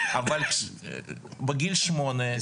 בגיל שמונה,